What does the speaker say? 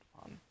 fun